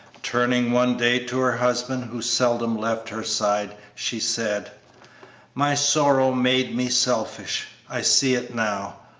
turning one day to her husband, who seldom left her side, she said my sorrow made me selfish i see it now.